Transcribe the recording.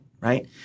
right